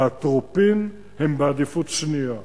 האטרופין בעדיפות שנייה.